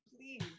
Please